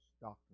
doctrine